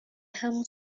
همون